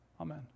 Amen